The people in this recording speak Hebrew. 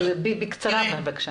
בקצרה בבקשה.